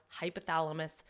hypothalamus